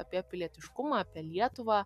apie pilietiškumą apie lietuvą